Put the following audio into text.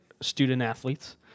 student-athletes